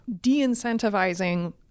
de-incentivizing